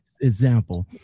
Example